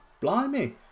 Blimey